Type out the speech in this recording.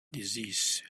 diseases